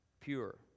Pure